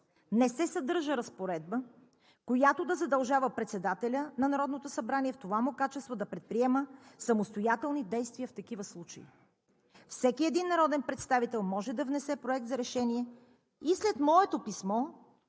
не се съдържа разпоредба, която да задължава председателя на Народното събрание в това му качество да предприема самостоятелни действия в такива случаи. Всеки един народен представител може да внесе проект за решение и след моето писмо